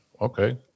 Okay